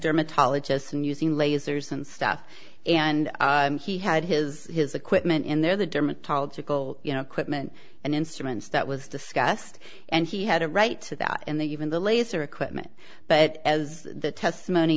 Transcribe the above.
dermatologist and using lasers and stuff and he had his his equipment in there the dermatologist will you know quitman and instruments that was discussed and he had a right to that and the even the laser equipment but as the testimony